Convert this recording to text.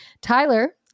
tyler